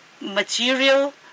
material